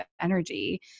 energy